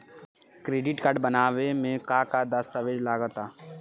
Credit card बनवावे म का का दस्तावेज लगा ता?